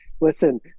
Listen